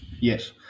Yes